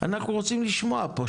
אנחנו רוצים לשמוע פה.